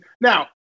now